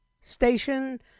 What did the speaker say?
station